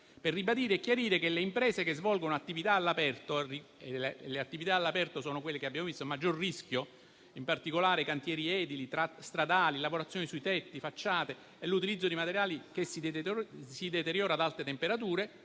per ribadire e chiarire che le imprese che svolgono attività all'aperto (le attività all'aperto sono quelle che abbiamo visto a maggior rischio, in particolare cantieri edili, stradali, lavorazioni sui tetti, facciate e l'utilizzo di materiali che si deteriorano ad alte temperature)